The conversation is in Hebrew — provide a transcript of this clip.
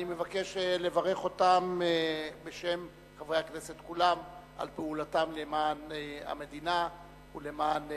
אני מבקש לברך אותם בשם חברי הכנסת כולם על פעולתם למען המדינה ולמען